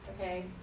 okay